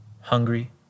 hungry